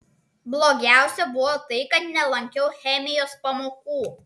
blogiausia buvo tai kad nelankiau chemijos pamokų